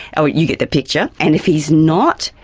ah you get the picture and if he's not,